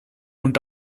und